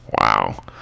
wow